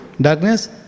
darkness